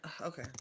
Okay